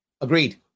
Agreed